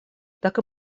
так